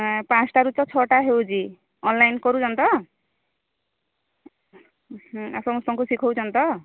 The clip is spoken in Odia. ପାଞ୍ଚଟାରୁ ତ ଛଅଟା ହେଉଛି ଅନ୍ଲାଇନ୍ କରୁଛନ୍ତି ତ ହୁଁ ଆପଣ ସମସ୍ତଙ୍କୁ ଶିଖଉଛନ୍ତି ତ